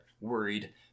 worried